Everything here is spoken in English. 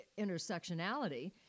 intersectionality